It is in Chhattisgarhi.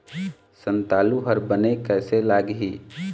संतालु हर बने कैसे लागिही?